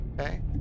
Okay